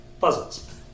Puzzles